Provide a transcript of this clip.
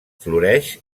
floreix